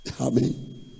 Amen